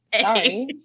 sorry